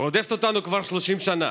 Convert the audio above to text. רודף אותנו כבר 30 שנה.